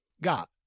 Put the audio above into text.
got